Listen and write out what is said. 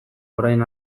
orain